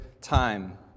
time